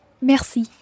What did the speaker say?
Merci